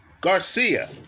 Garcia